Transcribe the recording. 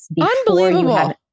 Unbelievable